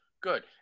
good